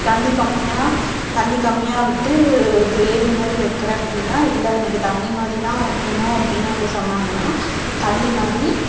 தண்ணி கம்மியாக தண்ணி கம்மியாக விட்டு கிரேவி மாதிரி வைக்கிறேன் அப்படீன்னா இல்லை எனக்கு தண்ணி மாதிரிதான் வைக்கணும் அப்படினு அவங்க சொன்னாங்கன்னா தண்ணி மாதிரி